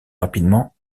rapidement